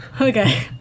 okay